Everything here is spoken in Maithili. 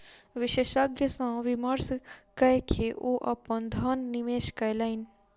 विशेषज्ञ सॅ विमर्श कय के ओ अपन धन निवेश कयलैन